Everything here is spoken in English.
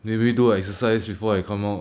maybe do a exercise before I come out